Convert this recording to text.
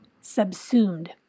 subsumed